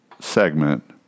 segment